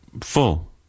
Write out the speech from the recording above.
full